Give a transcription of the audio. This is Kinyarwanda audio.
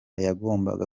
yagombaga